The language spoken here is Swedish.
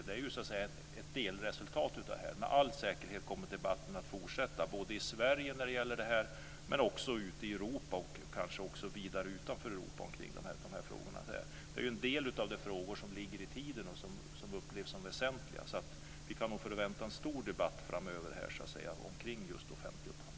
Det är ju fråga om ett delresultat av det hela. Med all säkerhet kommer debatten om detta att fortsätta både i Sverige och ute i Europa, och kanske också vidare utanför Europa. Det här är ju en del av de frågor som ligger i tiden och som upplevs som väsentliga, så vi kan nog vänta oss en stor debatt framöver här omkring just offentlig upphandling.